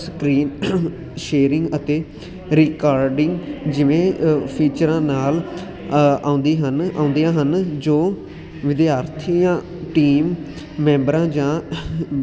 screen sharing ਅਤੇ recording ਜਿਵੇਂ ਫੀਚਰਾਂ ਨਾਲ ਅ ਆਉਂਦੀ ਹਨ ਆਉਂਦੀਆਂ ਹਨ ਜੋ ਵਿਦਿਆਰਥੀਆਂ ਟੀਮ ਮੈਂਬਰਾਂ ਜਾਂ